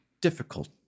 difficult